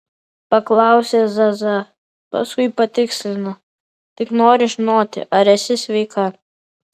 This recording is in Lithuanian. paklausė zaza paskui patikslino tik noriu žinoti ar esi sveika